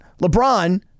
LeBron